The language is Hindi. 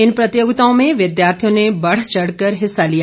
इन प्रतियोगिताओं में विद्यार्थियों ने बढ़चढ़ कर हिस्सा लिया